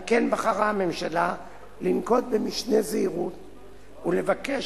על כן בחרה הממשלה לנקוט משנה זהירות ולבקש,